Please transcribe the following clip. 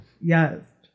Yes